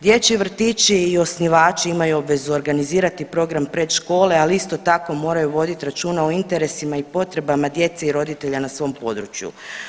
Dječji vrtići i osnivači imaju obvezu organizirati program predškole, ali isto tako moraju vodit računa o interesima i potrebama djece i roditelja na svom području.